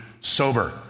sober